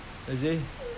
you see